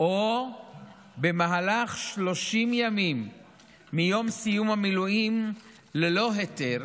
או במהלך 30 ימים מיום סיום המילואים ללא היתר,